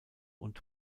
und